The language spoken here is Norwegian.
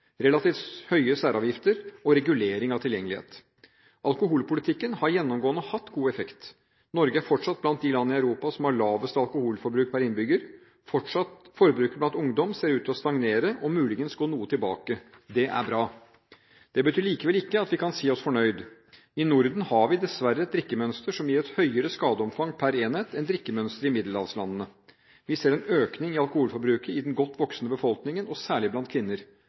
relativt høye særavgifter og regulering av tilgjengelighet. Alkoholpolitikken har gjennomgående hatt god effekt: Norge er fortsatt blant de land i Europa som har lavest alkoholforbruk per innbygger. Forbruket blant ungdom ser ut til å stagnere og muligens gå noe tilbake. Det er bra. Det betyr likevel ikke at vi kan si oss fornøyd. I Norden har vi, dessverre, et drikkemønster som gir et høyere skadeomfang per enhet enn drikkemønsteret i middelhavslandene. Vi ser en økning i alkoholforbruket i den godt voksne befolkningen, og særlig blant kvinner.